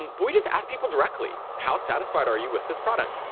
um but we just ask people directly, how satisfied are you with this product?